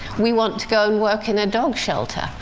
we want to go and work in a dog shelter.